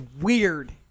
weird